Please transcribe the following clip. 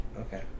Okay